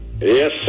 Yes